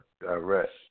direct